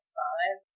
five